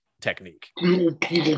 technique